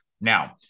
Now